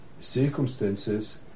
circumstances